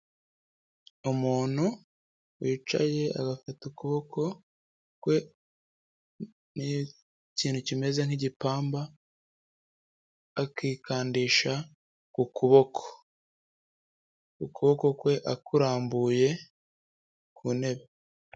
Umuntu wicaye agafata ukuboko kwe, n'ikintu kimeze nk'igipamba, akikandisha ku kuboko, ukuboko kwe akurambuye ku ntebe.